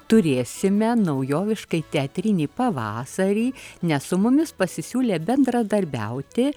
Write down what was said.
turėsime naujoviškai teatrinį pavasarį nes su mumis pasisiūlė bendradarbiauti